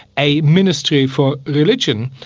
a ministry for religion.